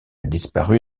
disparu